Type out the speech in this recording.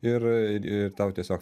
ir ir tau tiesiog